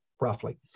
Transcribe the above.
roughly